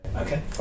Okay